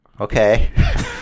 okay